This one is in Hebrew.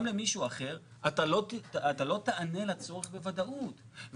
למישהו אחר אתה לא תענה לצורך בוודאות.